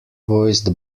voiced